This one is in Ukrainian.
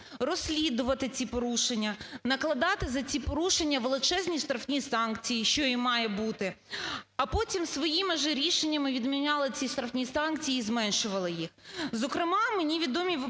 розслідувати ці порушення, накладати за ці порушення величезні штрафні санкції, що і має бути, а потім своїми же рішеннями відміняли ці штрафні санкції і зменшували їх.